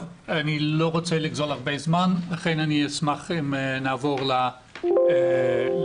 אני לא רוצה לגזול הרבה זמן לכן אני אשמח אם נעבור לשקף הבא.